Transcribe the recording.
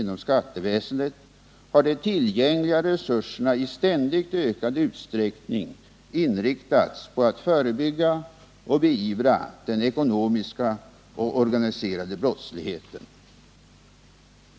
inom skatteväsendet — har de tillgängliga resurserna i ständigt ökad utsträckning inriktats på att förebygga och beivra den ekonomiska och organiserade brottsligheten.